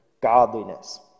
godliness